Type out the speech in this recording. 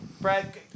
Brad